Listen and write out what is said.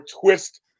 twist